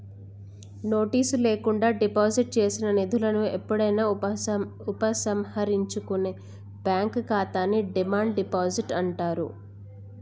notice లేకుండా deposit చేసిన నిధులను ఎప్పుడైనా ఉపసంహరించుకునే బ్యాంక్ ఖాతాని డిమాండ్ డిపాజిట్ అంటారు